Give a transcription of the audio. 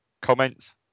comments